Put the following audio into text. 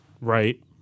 Right